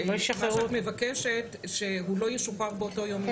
מה שאת מבקשת שהוא לא ישוחרר באותו יום.